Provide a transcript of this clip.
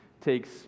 takes